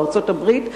בארצות-הברית,